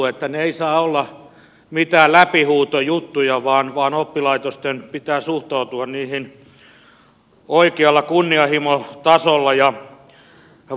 ne eivät saa olla mitään läpihuutojuttuja vaan oppilaitosten pitää suhtautua niihin oikealla kunnianhimon tasolla ja vakavuudella